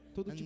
Todo